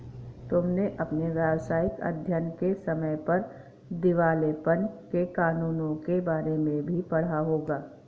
तुमने अपने व्यावसायिक अध्ययन के समय पर दिवालेपन के कानूनों के बारे में भी पढ़ा होगा